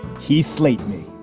he slayed me.